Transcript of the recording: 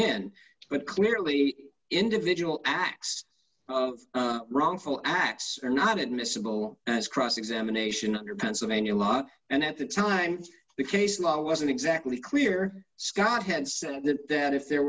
in but clearly individual acts of wrongful acts are not admissible as cross examination under pennsylvania law and at the time the case law wasn't exactly clear scott had said that that if there